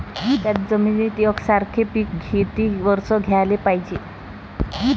थ्याच जमिनीत यकसारखे पिकं किती वरसं घ्याले पायजे?